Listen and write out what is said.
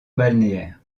balnéaire